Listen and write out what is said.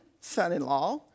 son-in-law